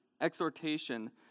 exhortation